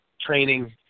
training